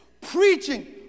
preaching